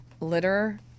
litter